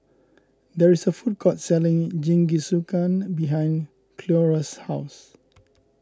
there is a food court selling Jingisukan behind Cleora's house